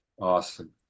Awesome